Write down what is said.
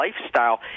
lifestyle